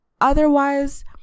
otherwise